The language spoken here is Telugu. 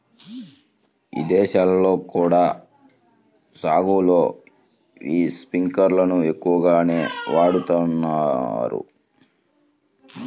ఇదేశాల్లో కూడా సాగులో యీ స్పింకర్లను ఎక్కువగానే వాడతన్నారు